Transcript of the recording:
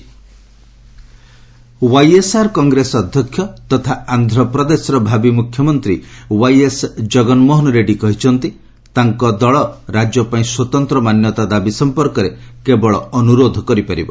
PM Jagan meet YSR Congress ଅଧ୍ୟକ୍ଷ ତଥା ଆନ୍ଧ୍ରପ୍ରଦେଶର ଭାବି ମୁଖ୍ୟମନ୍ତ୍ରୀ ୱାଇଏସ୍ ଜଗନ୍ମୋହନ ରେଡ଼ୁୀ କହିଛନ୍ତି ତାଙ୍କ ଦଳ ରାଜ୍ୟପାଇଁ ସ୍ୱତନ୍ତ୍ର ମାନ୍ୟତା ଦାବି ସମ୍ପର୍କରେ କେବଳ ଅନୁରୋଧ କରିପାରିବ